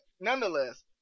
nonetheless